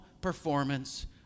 performance